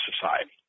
society